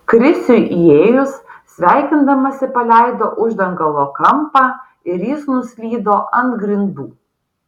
krisiui įėjus sveikindamasi paleido uždangalo kampą ir jis nuslydo ant grindų